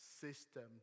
system